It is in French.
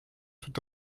tout